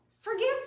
Forgive